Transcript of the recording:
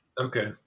Okay